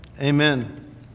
Amen